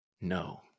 No